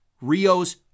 rios